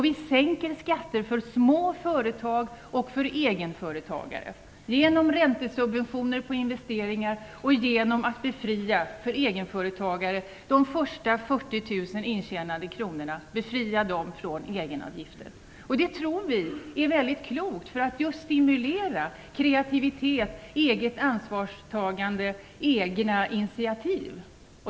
Vi sänker skatter för små företag och för egenföretagare genom räntesubventioner på investeringar och genom att befria de först intjänade 40 000 kronorna för egenföretagare från egenavgifter. Vi tror att detta är mycket klokt för att stimulera kreativitet, eget ansvarstagande och egna initiativ.